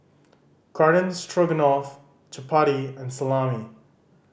Garden Stroganoff Chapati and Salami